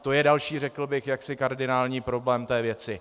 To je další, řekl bych, kardinální problém té věci.